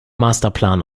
masterplan